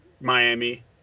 Miami